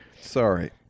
Sorry